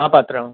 हां पात्रांव